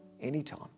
anytime